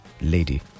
Lady